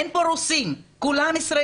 אין פה רוסים, כולם ישראלים.